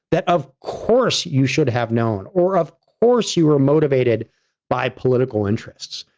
that of course, you should have known, or of course you are motivated by political interests.